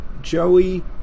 Joey